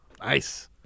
Nice